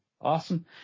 Awesome